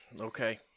okay